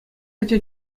ача